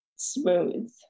smooth